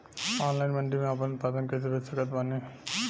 Online मंडी मे आपन उत्पादन कैसे बेच सकत बानी?